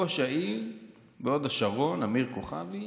ראש העיר בהוד השרון, אמיר כוכבי,